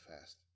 fast